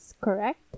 correct